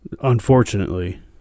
Unfortunately